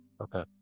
Okay